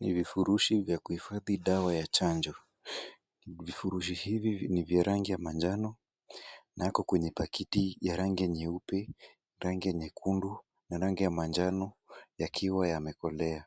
Ni vifurushi vya kuhifadhi dawa ya chanjo, kifurushi hivi ni vya rangi ya manjano, nako kwenye paketi ya rangi nyeupe, rangi ya nyekundu, na rangi ya manjano, yakiwa yamekolea,